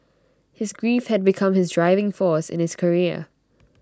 his grief had become his driving force in his career